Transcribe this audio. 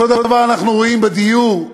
אותו דבר אנחנו רואים בדיור.